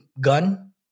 gun